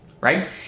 right